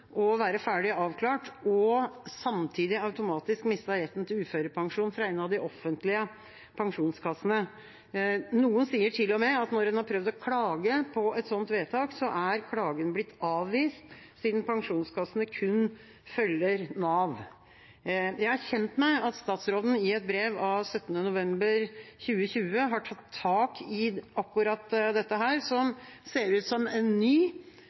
være ferdig avklart, og som samtidig automatisk har mistet retten til uførepensjon fra en av de offentlige pensjonskassene. Noen sier til og med at når en har prøvd å klage på et sånt vedtak, er klagen blitt avvist, siden pensjonskassene kun følger Nav. Jeg er kjent med at statsråden i et brev av 17. november 2020 har tatt tak i akkurat dette, som ser ut som en ny